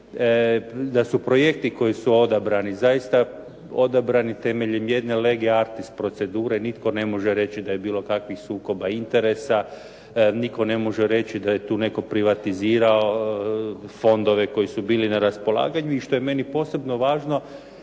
da su projekti koji su odabrani zaista odabrani temeljem jedne lege artis procedure. Nitko ne može reći da je bilo kakvih sukoba interesa, nitko ne može reći da je tu netko privatizirao fondove koji su bili na raspolaganju i što je meni posebno važno,